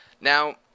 Now